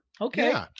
Okay